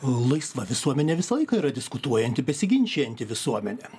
laisva visuomenė visą laiką yra diskutuojanti besiginčijanti visuomenė